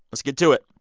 let's get to it.